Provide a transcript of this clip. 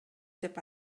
деп